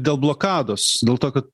dėl blokados dėl to kad